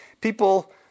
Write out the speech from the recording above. people